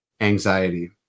anxiety